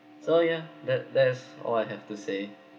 so yeah that that's all I have to say